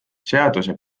seaduse